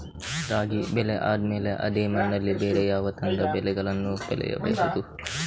ರಾಗಿ ಬೆಳೆ ಆದ್ಮೇಲೆ ಅದೇ ಮಣ್ಣಲ್ಲಿ ಬೇರೆ ಯಾವ ತರದ ಬೆಳೆಗಳನ್ನು ಬೆಳೆಯಬಹುದು?